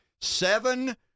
Seven